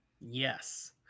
Yes